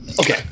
Okay